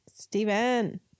Steven